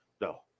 No